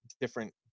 different